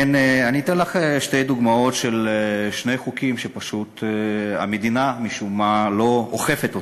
אני אתן לך שתי דוגמאות של שני חוקים שפשוט המדינה משום מה לא אוכפת.